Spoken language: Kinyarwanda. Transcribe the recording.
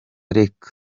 reka